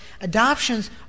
Adoptions